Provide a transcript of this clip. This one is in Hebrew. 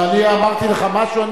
אני אמרתי לך משהו?